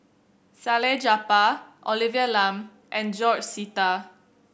Salleh Japar Olivia Lum and George Sita